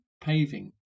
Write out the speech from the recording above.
paving